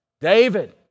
David